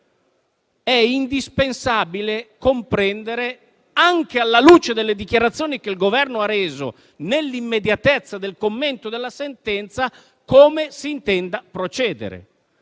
è indispensabile comprendere, anche alla luce delle dichiarazioni che il Governo ha reso nell'immediatezza del commento della sentenza, come si intenda procedere.